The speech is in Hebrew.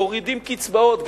מורידים קצבאות,